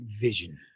vision